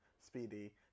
Speedy